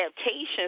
adaptations